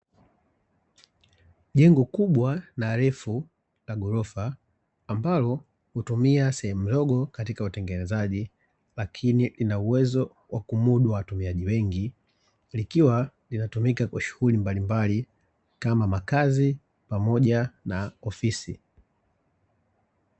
Jengo kubwa na refu la ghorofa, ambalo hutumia sehemu ndogo katika utengenezaji, lakini Lina uwezo wa kumudu watumiaji wengi likiwa linatumika kwa shughuli mbalimbali kama makazi pamoja na ofisi.